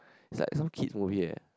it's like some kids movie eh